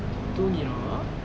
தூங்கிரோம்:thoongirum